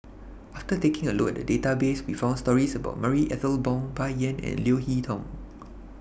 after taking A Look At The Database We found stories about Marie Ethel Bong Bai Yan and Leo Hee Tong